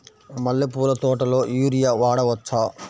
మల్లె పూల తోటలో యూరియా వాడవచ్చా?